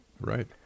Right